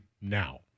now